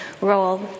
role